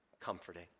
comforting